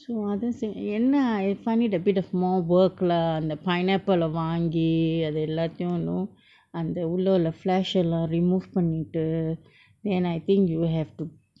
so அத செய் என்ன:atha sei enna ah if I need a bit of more work lah அந்த:andtha pineapple lah வாங்கி அது எல்லாத்தயு:vaangki athu ellaaththayu know அந்த உள்ள உள்ள:andtha ulla ulla flesh lah removed பன்னிட்டு:pannitu then I think you have to